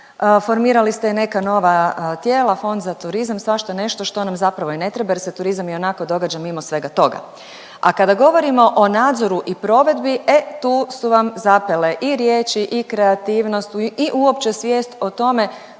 formirali ste i neka nova tijela, Fond za turizam, svašta nešto što nam zapravo i ne treba jer se turizam ionako događa mimo svega toga. A kada govorimo o nadzoru i provedbi e, tu su vam zapele i riječi i kreativnost i uopće svijest o tome